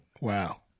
Wow